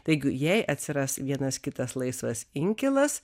taigi jei atsiras vienas kitas laisvas inkilas